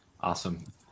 Awesome